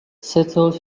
settled